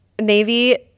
Navy